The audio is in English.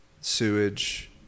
sewage